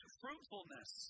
fruitfulness